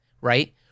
right